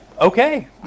okay